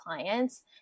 clients